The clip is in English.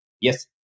yes